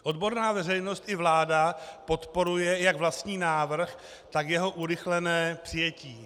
Odborná veřejnost i vláda podporuje jak vlastní návrh, tak jeho urychlené přijetí.